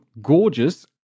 gorgeous